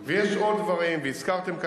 גברתי השרה, ועוד 300,000 חולי סוכרת סמויים,